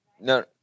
No